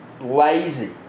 lazy